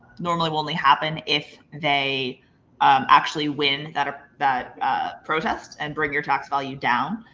normally will only happen if they actually win that ah that protest and bring your tax value down.